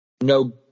no